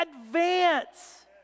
advance